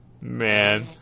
Man